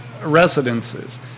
residences